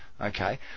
Okay